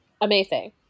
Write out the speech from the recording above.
amazing